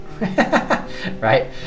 right